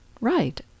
right